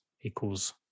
equals